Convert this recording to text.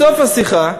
בסוף השיחה,